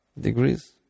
degrees